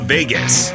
Vegas